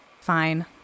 Fine